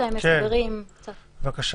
צוהריים טובים לכל המשתתפים,